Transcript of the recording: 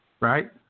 Right